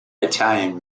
italian